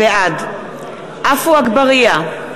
בעד עפו אגבאריה,